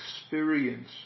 experience